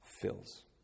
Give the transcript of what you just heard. fills